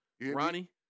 Ronnie